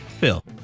Phil